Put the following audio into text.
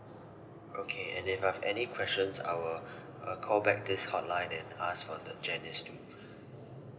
okay and if I have any questions I will uh call back this hotline and ask for the janice to